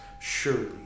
surely